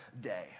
day